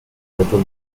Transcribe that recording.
little